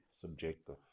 subjective